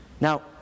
now